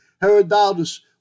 Herodotus